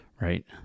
Right